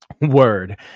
word